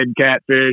catfish